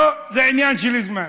לא, זה עניין של זמן,